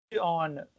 on